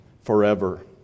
forever